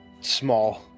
small